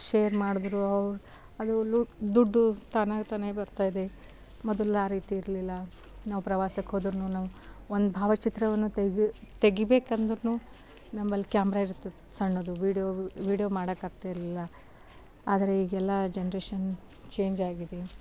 share ಮಾಡಿದ್ರೂ ಅವ್ರು ಅದು ಲೂ ದುಡ್ಡು ತಾನಾಗಿ ತಾನಾಗಿ ಬರ್ತಾಯಿದೆ ಮೊದಲು ಆ ರೀತಿಯಿರಲಿಲ್ಲ ನಾವು ಪ್ರವಾಸಕ್ಕೆ ಹೋದರೂ ನಾವು ಒಂದು ಭಾವಚಿತ್ರವನ್ನು ತೆಗೆ ತೆಗಿಬೇಕೆಂದ್ರೂನು ನಮ್ಮಲ್ಲಿ ಕ್ಯಾಮ್ರ ಇರ್ತಿತ್ತು ಸಣ್ಣದು ವೀಡಿಯೊ ವೀಡಿಯೊ ಮಾಡೋಕೆ ಆಗ್ತಾಯಿರ್ಲಿಲ್ಲ ಆದರೆ ಈಗೆಲ್ಲ ಜನ್ರೇಶನ್ ಚೇಂಜ್ ಆಗಿದೆ